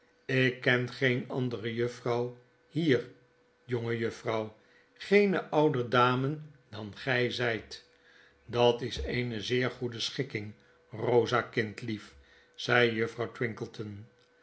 ik ken geene andere juffrouw hier jongejuffrouw geene ouder dame dan gij zfit dat is eene zeer goede schikking eosa kindlief zei juffrouw